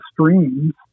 streams